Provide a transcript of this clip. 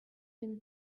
been